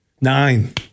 Nine